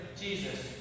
Jesus